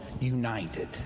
United